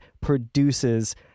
produces